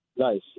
Nice